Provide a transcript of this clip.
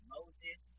Moses